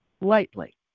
lightly